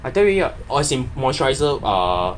I tell you already [what] as in moisturiser uh